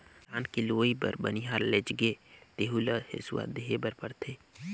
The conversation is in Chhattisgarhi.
धान के लूवई बर बनिहार लेगजे तेहु ल हेसुवा देहे बर परथे